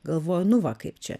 galvojau nu va kaip čia